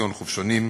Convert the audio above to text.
כגון חופשונים,